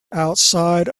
outside